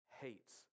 hates